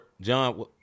john